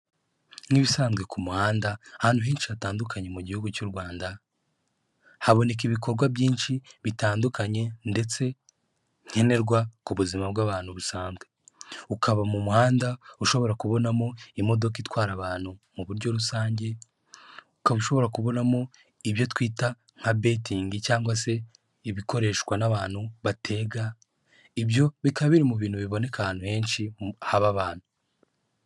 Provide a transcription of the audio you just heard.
Nk'ibisanzwe ku muhanda, ahantu henshi hatandukanye mu gihugu cy'u Rwanda, haboneka ibikorwa byinshi bitandukanye ndetse nkenerwa ku buzima bw'abantu busanzwe. Ukaba mu muhanda ushobora kubonamo imodoka itwara abantu mu buryo rusange, ukaba ushobora kubonamo ibyo twita nka betingi cyangwa se ibikoreshwa n'abantu batega, ibyo bikaba biri mu bintu biboneka ahantu henshi haba abantu.